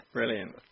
Brilliant